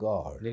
God